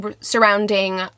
surrounding